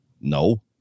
No